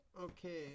okay